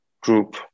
group